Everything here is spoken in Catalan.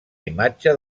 imatge